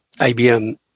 IBM